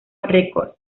records